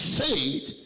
faith